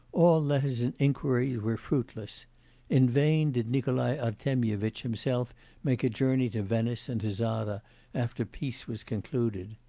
all letters and inquiries were fruitless in vain did nikolai artemyevitch himself make a journey to venice and to zara after peace was concluded.